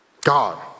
God